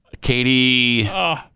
Katie